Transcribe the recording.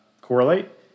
correlate